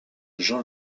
jean